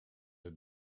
had